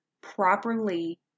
properly